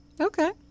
Okay